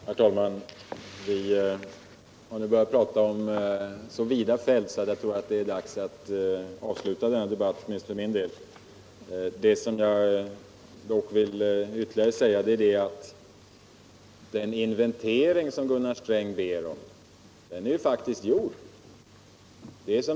Herr talman! Vi har nu börjat tala över så vida fält att jag tror det är dags att avsluta debatten, åtminstone för min del. Jag vill dock säga att den inventering som Gunnar Sträng ber om faktiskt är gjord.